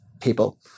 people